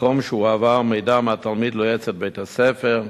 מקום שהועבר מידע מהתלמיד ליועצת בית-הספר.